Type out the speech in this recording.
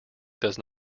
does